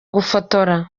gufotora